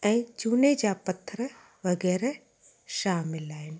ऐं चूने जा पथर वग़ैरह शामिलु आहिनि